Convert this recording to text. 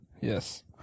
yes